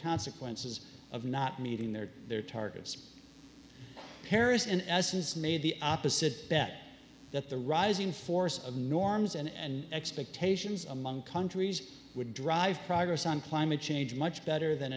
consequences of not meeting their their targets paris in essence made the opposite bet that the rising force of norms and expectations among countries would drive progress on climate change much better than